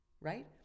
Right